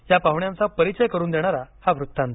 या पाहण्यांचा परिचय करून देणारा हा वृत्तांत